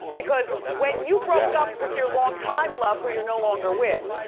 because when you broke up with your long-time love, who you're no longer with,